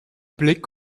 blik